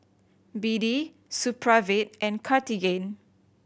B D Supravit and Cartigain